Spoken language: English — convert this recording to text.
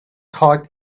thought